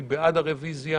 מי בעד הרביזיה?